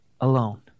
alone